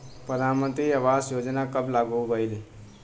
प्रधानमंत्री आवास योजना कब लागू भइल?